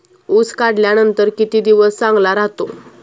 ऊस काढल्यानंतर किती दिवस चांगला राहतो?